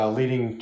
leading